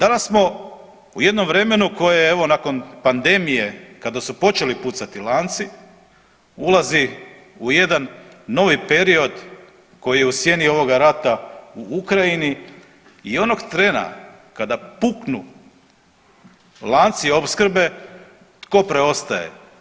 Danas smo u jednom vremenu koje je evo nakon pandemije kada su počeli pucati lanci ulazi u jedan novi period koji je u sjeni ovoga rata u Ukrajini i onog trena kada puknu lanci opskrbe tko preostaje.